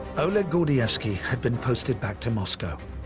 oleg gordievsky had been posted back to moscow,